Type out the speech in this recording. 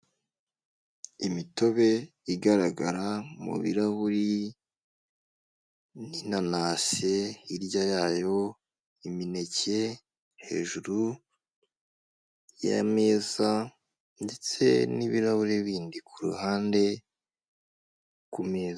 Imitobe igaragara mu birahuri n'inanasi hirya yayo, imineke hejuru y'ameza ndetse n'ibirahuri bindi ku ruhande ku meza.